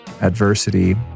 adversity